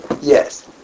Yes